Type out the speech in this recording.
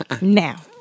Now